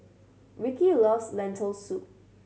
Rickey loves Lentil Soup